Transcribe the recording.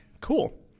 cool